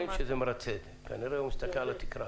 אחד הדברים שהכי